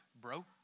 bro